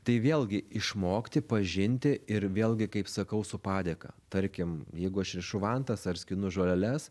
tai vėlgi išmokti pažinti ir vėlgi kaip sakau su padėka tarkim jeigu aš rišu vantas ar skinu žoleles